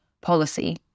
policy